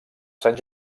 sant